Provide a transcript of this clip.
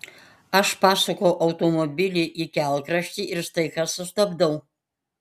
aš pasuku automobilį į kelkraštį ir staiga sustabdau